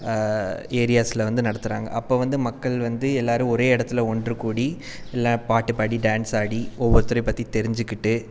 ஏரியாஸில் வந்து நடத்துகிறாங்க அப்போ வந்து மக்கள் வந்து எல்லாேரும் ஒரே இடத்துல ஒன்றுகூடி எல்லாம் பாட்டு பாடி டான்ஸ் ஆடி ஒவ்வொருத்தரையும் பற்றி தெரிஞ்சுக்கிட்டு